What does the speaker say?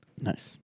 Nice